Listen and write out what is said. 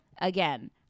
again